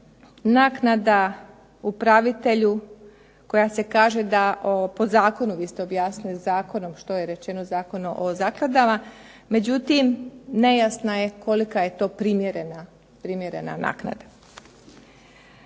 naknada upravitelju koja se kaže da po zakonu vi ste objasnili zakonom što je rečenom Zakonom o zakladama, međutim nejasna je kolika je to primjerena naknada.